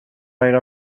era